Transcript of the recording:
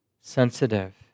sensitive